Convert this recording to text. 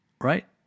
right